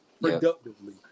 productively